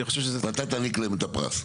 ואתה תעניק להם את הפרס.